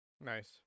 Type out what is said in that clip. Nice